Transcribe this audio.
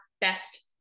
best